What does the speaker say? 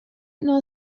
non